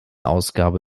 ausgabe